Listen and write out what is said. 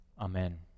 amen